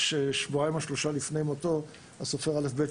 שבועיים או שלושה לפני מותו, הסופר א.ב.